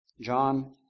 John